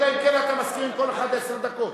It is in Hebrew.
אלא אם כן אתה מסכים שכל אחד, עשר דקות.